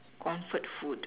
comfort food